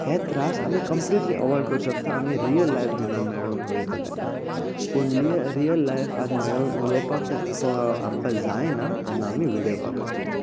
हे त्रास आमी कम्पिटली अवॉयड करूंक शकता आमी रियल लायफ जेन्ना मेळून उलयता तेन्ना पूण लिय रियल लायफ आन मेळून उलोवपाक आमकां जायना तेन्ना आमी विडयो कॉल यूज करतात